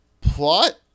plot